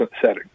setting